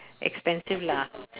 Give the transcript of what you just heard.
expensive lah